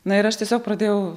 na ir aš tiesiog pradėjau